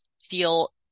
feel